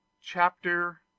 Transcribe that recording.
Chapter